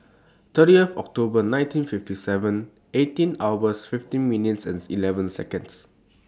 thirtieth October nineteen fifty seven eight hours fifteen minutes eleven Seconds